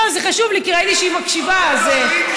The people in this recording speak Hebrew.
שכנעת אותנו.